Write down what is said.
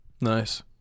nice